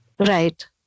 Right